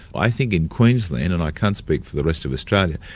i think in queensland, and i can't speak for the rest of australia,